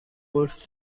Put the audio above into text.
گلف